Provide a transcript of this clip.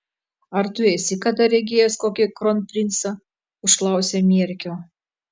ar tu esi kada regėjęs kokį kronprincą užklausė mierkio